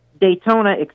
Daytona